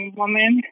woman